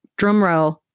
drumroll